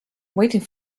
waiting